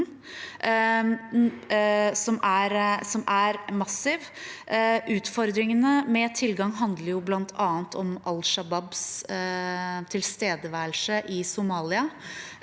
Utfordringene med tilgang handler jo bl.a. om Al Shabaabs tilstedeværelse i Somalia,